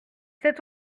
cet